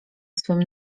swym